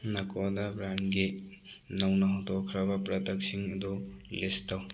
ꯅꯀꯣꯗꯥ ꯕ꯭ꯔꯥꯟꯒꯤ ꯅꯧꯅ ꯍꯧꯗꯣꯛꯈ꯭ꯔꯕ ꯄ꯭ꯔꯗꯛꯁꯤꯡꯗꯨ ꯂꯤꯁ ꯇꯧ